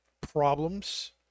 problems